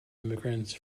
immigrants